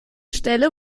stelle